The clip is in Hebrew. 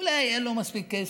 אולי אין לו מספיק כסף.